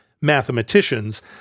mathematicians